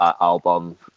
album